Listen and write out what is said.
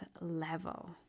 level